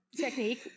technique